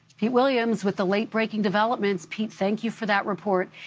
pete williams with the late breaking developments. pete, thank you for that report.